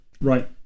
Right